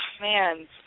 man